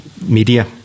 Media